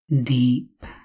Deep